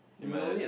she must